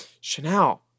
Chanel